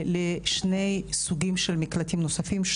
לשני סוגים של מקלטים נוספים,